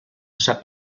sap